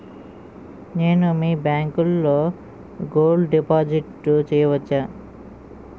నేను మీ బ్యాంకులో గోల్డ్ డిపాజిట్ చేయవచ్చా?